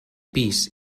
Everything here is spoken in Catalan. pis